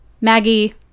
Maggie